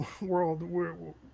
world